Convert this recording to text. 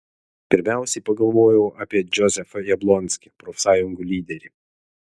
pirmiausiai pagalvojau apie džozefą jablonskį profsąjungų lyderį